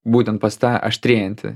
būtent pas tą aštrėjantį